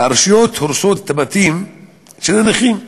הרשויות הורסות בתים של נכים,